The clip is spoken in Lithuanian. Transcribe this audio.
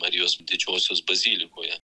marijos didžiosios bazilikoje